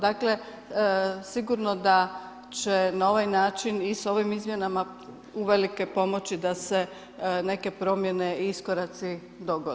Dakle, sigurno da će na ovaj način i s ovim izmjenama uvelike pomoći da se neke promjene i iskoraci dogode.